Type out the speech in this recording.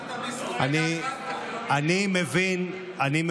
הבנת, ביסמוט, אני מבין שהאופוזיציה,